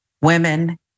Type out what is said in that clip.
women